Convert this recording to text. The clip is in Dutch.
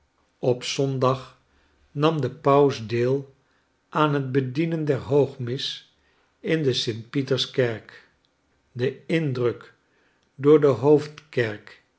op zondag nam de paus deel aan het bedienen der hoogmis in de st pieterskerk de indruk door de hoofdkerk